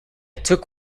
took